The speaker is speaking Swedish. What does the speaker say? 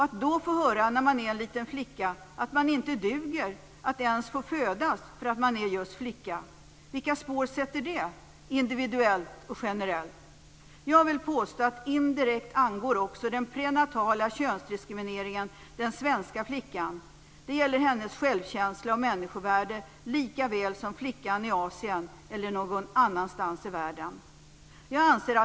Att när man är en liten flicka få höra att man inte duger till att ens få födas därför att man är just flicka, vilka spår sätter det, individuellt och generellt? Jag vill påstå att indirekt angår också den prenatala könsdiskrimineringen den svenska flickan. Det gäller hennes självkänsla och människovärde lika väl som för flickan i Asien eller någon annanstans i världen.